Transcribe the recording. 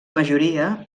majoria